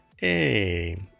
hey